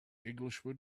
englishman